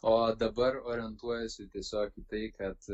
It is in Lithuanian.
o dabar orientuojuosi tiesiog į tai kad